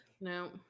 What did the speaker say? no